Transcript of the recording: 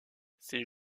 ces